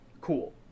cool